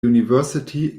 university